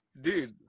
dude